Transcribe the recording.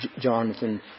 Jonathan